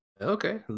Okay